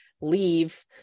Leave